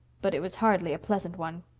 but it was hardly a pleasant one.